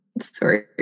sorry